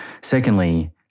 Secondly